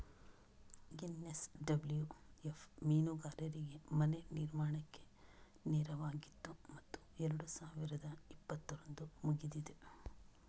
NSWF ಮೀನುಗಾರರಿಗೆ ಮನೆ ನಿರ್ಮಾಣಕ್ಕೆ ನೆರವಾಗಿತ್ತು ಮತ್ತು ಎರಡು ಸಾವಿರದ ಇಪ್ಪತ್ತರಂದು ಮುಗಿದಿದೆ